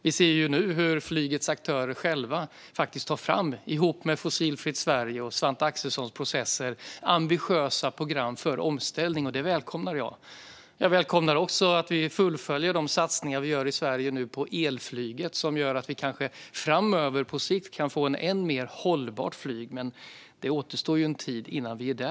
Vi ser nu hur flygets aktörer själva, ihop med Fossilfritt Sverige och Svante Axelssons processer, tar fram ambitiösa program för omställning, och det välkomnar jag. Jag välkomnar också att vi fullföljer de satsningar vi nu gör i Sverige på elflyget, som gör att vi kanske framöver och på sikt kan få ett än mer hållbart flyg. Men det återstår en tid innan vi är där.